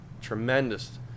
tremendous